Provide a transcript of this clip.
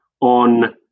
on